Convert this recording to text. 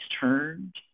turned